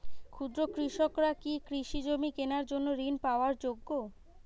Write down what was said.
ক্ষুদ্র কৃষকরা কি কৃষিজমি কেনার জন্য ঋণ পাওয়ার যোগ্য?